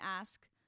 ask